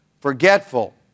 forgetful